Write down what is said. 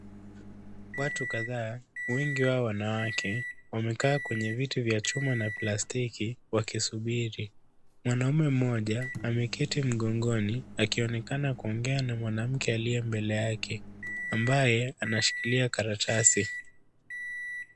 Watu kadhaa, wengi wao wanawake wamekaa kwenye viti vya chuma na plastiki wakisubiri. Mwanaume mmoja ameketi mgongoni akionekana kuongea na mwanamke aliye mbele yake, ambaye anashikilia karatasi.